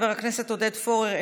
חבר הכנסת עודד פורר,